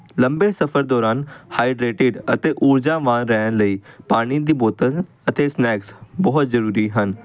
ਲੰਬੇ ਸਫਰ ਦੌਰਾਨ ਹਾਈਡਰੇਟਡ ਅਤੇ ਊਰਜਾਵਾਨ ਰਹਿਣ ਲਈ ਪਾਣੀ ਦੀ ਬੋਤਲ ਅਤੇ ਸਨੈਕਸ ਬਹੁਤ ਜ਼ਰੂਰੀ ਹਨ